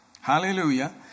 Hallelujah